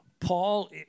Paul